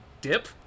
dip